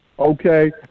Okay